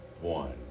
one